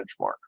benchmark